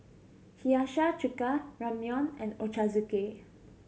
Hiyashi Chuka Ramyeon and Ochazuke